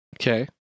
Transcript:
Okay